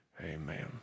Amen